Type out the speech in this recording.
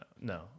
No